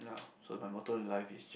ya so my motto in life is just